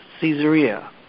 Caesarea